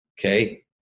Okay